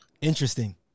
Interesting